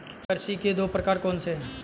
कृषि के दो प्रकार कौन से हैं?